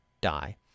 die